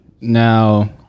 Now